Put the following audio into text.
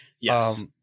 Yes